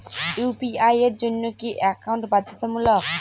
UPI এর জন্য কি একাউন্ট বাধ্যতামূলক?